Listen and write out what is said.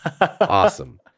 Awesome